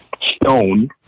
stone